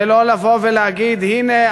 ולא לבוא ולהגיד: הנה,